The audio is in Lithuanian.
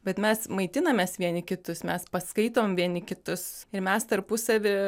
bet mes maitinamės vieni kitus mes paskaitom vieni kitus ir mes tarpusavy